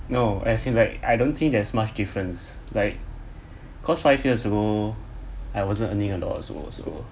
no as in like I don't think there's much difference like cause five years ago I wasn't earning a lot also also